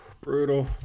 Brutal